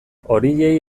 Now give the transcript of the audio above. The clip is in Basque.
horiei